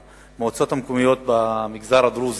המועצות המקומיות במגזר הדרוזי.